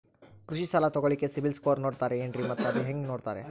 ಕೃಷಿ ಸಾಲ ತಗೋಳಿಕ್ಕೆ ಸಿಬಿಲ್ ಸ್ಕೋರ್ ನೋಡ್ತಾರೆ ಏನ್ರಿ ಮತ್ತ ಅದು ಹೆಂಗೆ ನೋಡ್ತಾರೇ?